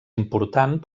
important